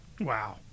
Wow